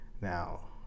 Now